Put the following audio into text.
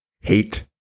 hate